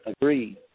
Agreed